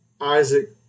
Isaac